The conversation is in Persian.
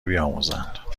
بیاموزند